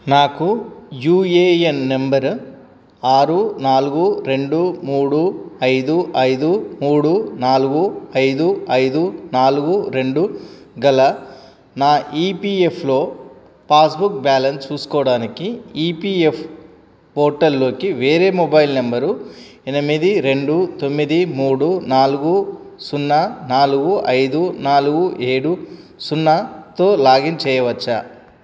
నాకు UAN number ఆరు నాలుగు రెండు మూడు ఐదు ఐదు మూడు నలుగు ఐదు ఐదు నాలుగు రెండు గల నా ఈపీఎఫ్లో పాస్బుక్ బ్యాలెన్స్ చూసుకోవడానికి ఈపీఎఫ్ పోర్టల్లోకి వేరే మొబైల్ నెంబరు ఎనిమిది రెండు తొమ్మిది మూడు నాలుగు సున్నా నాలుగు ఐదు నాలుగు ఏడు సున్నాతో లాగిన్ చెయ్యవచ్చా